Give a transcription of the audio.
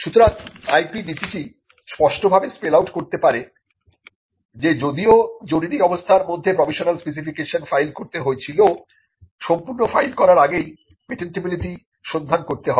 সুতরাং IP নীতিটি স্পষ্টভাবে স্পেল আউট করতে পারে যে যদিও জরুরি অবস্থার মধ্যে প্রভিশনাল স্পেসিফিকেশন ফাইল করতে হয়েছিল সম্পূর্ণ ফাইল করার আগেই পেটেন্টেবিলিটি সন্ধান করতে হবে